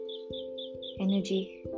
energy